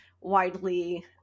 widely